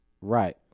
right